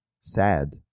sad